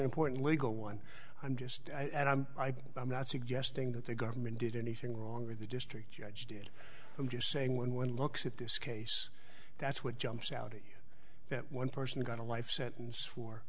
important legal one i'm just and i'm i'm i'm not suggesting that the government did anything wrong or the district judge did i'm just saying when one looks at this case that's what jumps out at me that one person got a life sentence for